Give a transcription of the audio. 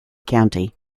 county